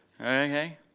Okay